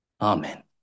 Amen